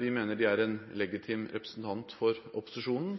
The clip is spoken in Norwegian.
Vi mener det er en legitim representant for opposisjonen.